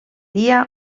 dia